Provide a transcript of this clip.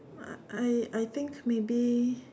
I I I think maybe